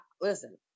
listen